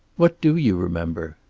what do you remember?